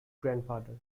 grandfather